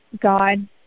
God